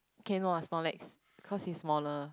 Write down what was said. K no ah Snorlax cause he smaller